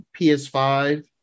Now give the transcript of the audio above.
PS5